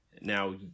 now